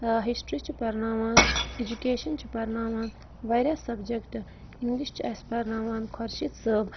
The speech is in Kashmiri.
ہِشٹری چھِ پَرناوان اٮ۪جُکیشَن چھِ پَرناوان واریاہ سَبجَکٹ اِنٛگلِش چھِ اَسہِ پَرناوان خۄرشیٖد صٲب